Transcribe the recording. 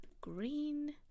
green